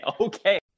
Okay